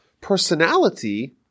personality